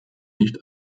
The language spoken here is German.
nicht